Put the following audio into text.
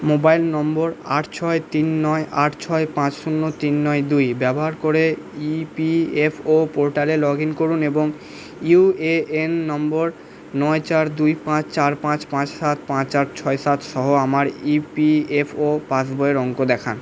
mobile নম্বর আট ছয় তিন নয় আট ছয় পাঁচ শূন্য তিন নয় দুই ব্যবহার করে ইপিএফও পোর্টালে লগ ইন করুন এবং ইউএএন নম্বর নয় চার দুই পাঁচ চার পাঁচ পাঁচ সাত পাঁচ আট ছয় সাত সহ আমার ইপিএফও পাসবইয়ের অঙ্ক দেখান